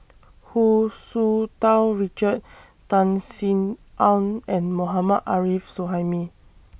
Hu Tsu Tau Richard Tan Sin Aun and Mohammad Arif Suhaimi